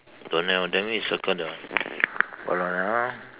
don't have then we circle that one hold on ah